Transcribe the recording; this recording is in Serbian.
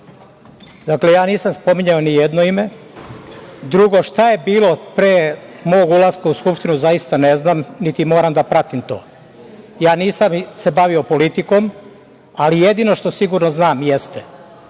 lepo. Dakle, ja nisam spominjao ni jedno ime. Drugo, šta je bilo pre mog ulaska u Skupštinu, zaista ne znam, niti moram da pratim to. Ja se nisam bavio politikom, ali jedino što sigurno znam jeste